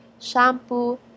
Shampoo